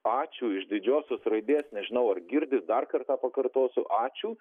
ačiū iš didžiosios raidės nežinau ar girdi dar kartą pakartosiu ačiū